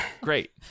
Great